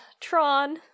Tron